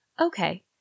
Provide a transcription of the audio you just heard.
Okay